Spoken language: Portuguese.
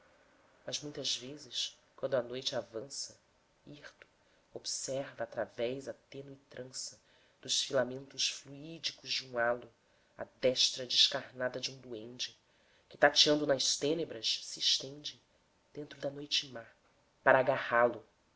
mas muitas vezes quando a noite avança hirto observa através a tênue trança dos filamentos fluídicos de um halo a destra descarnada de um duende que tateando nas tênebras se estende dentro da noite má para agarrá-lo